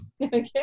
Okay